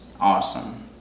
awesome